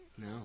No